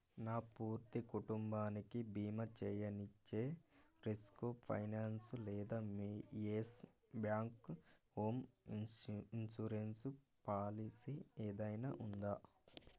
నా పూర్తి కుటుంబానికి భీమ చేయనిచ్చే రెస్కో ఫైనాన్స్ లేదా మీ యెస్ బ్యాంక్ హోమ్ ఇన్సూ ఇన్షూరెన్స్ పాలిసీ ఏదైనా ఉందా